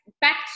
back